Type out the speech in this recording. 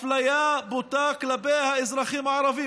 אפליה בוטה כלפי האזרחים הערבים.